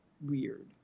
weird